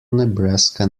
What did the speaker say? nebraska